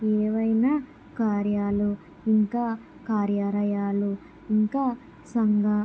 ఏవైనా కార్యాలు ఇంకా కార్యారయాలు ఇంకా సంఘ